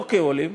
לא כעולים,